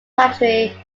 factory